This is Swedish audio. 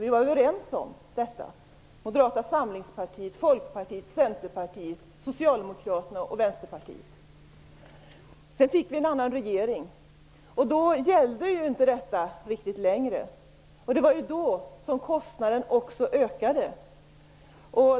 Vi var överens om detta - Moderata samlingspartiet, Folkpartiet, Sedan fick vi en annan regering, och då gällde detta inte riktigt längre. Det var då som kostnaderna också ökade.